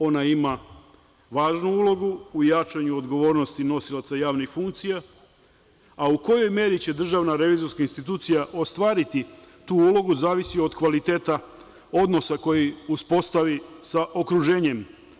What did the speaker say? Ona ima važnu ulogu u jačanju odgovornosti nosilaca javnih funkcija, a u kojoj meri će DRI ostvariti tu ulogu, zavisi od kvaliteta odnosa koji uspostavi sa okruženjem.